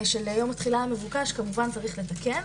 של יום התחילה המבוקש כמובן צריך לתקן.